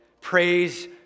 Praise